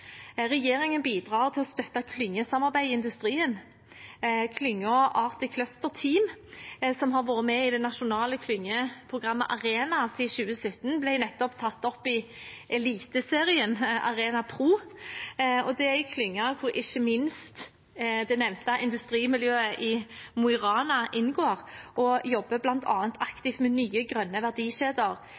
Regjeringen bidrar til å støtte klyngesamarbeidet i industrien. Klyngen Arctic Cluster Team, som har vært med i det nasjonale klyngeprogrammet Arena siden 2017, ble nettopp tatt opp i eliteserien Arena Pro. Det er en klynge hvor ikke minst det nevnte industrimiljøet i Mo i Rana inngår, og som bl.a. jobber aktivt med nye, grønne verdikjeder,